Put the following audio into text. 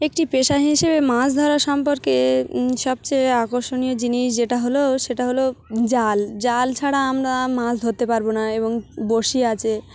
একটি পেশা হিসেবে মাছ ধরা সম্পর্কে সবচেয়ে আকর্ষণীয় জিনিস যেটা হলো সেটা হলো জাল জাল ছাড়া আমরা মাছ ধরতে পারবো না এবং বড়শি আছে